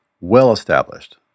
well-established